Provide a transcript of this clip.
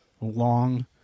long